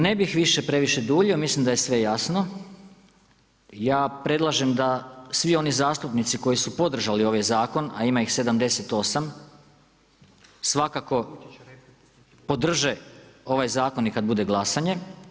Ne bih više previše duljio, mislim da je sve jasno, ja predlažem da svi oni zastupnici koji su podržali ovaj zakon a ima ih 78 svakako podrže ovaj zakon i kad bude glasanje.